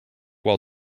while